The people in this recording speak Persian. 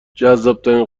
جذابترین